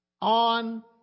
on